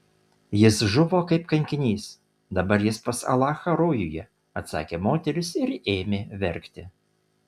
jis žuvo kaip kankinys dabar jis pas alachą rojuje atsakė moteris ir ėmė verkti